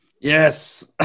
Yes